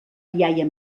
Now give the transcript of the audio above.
iaia